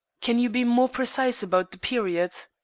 can you be more precise about the period?